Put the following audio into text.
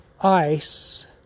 ice